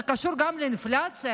זה קשור גם לאינפלציה,